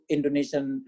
Indonesian